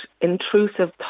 intrusive